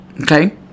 okay